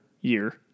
year